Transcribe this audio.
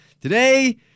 Today